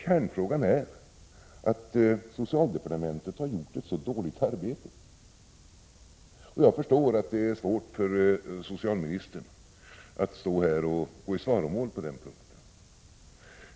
Kärnfrågan är att socialdepartementet har gjort ett så dåligt arbete. Jag förstår att det är svårt för socialministern att gå i svaromål på den punkten.